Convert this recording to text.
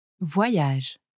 Voyage